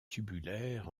tubulaire